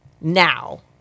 now